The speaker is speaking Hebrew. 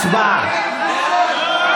הצבעה.